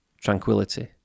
tranquility